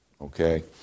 Okay